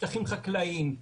שטחים חקלאיים,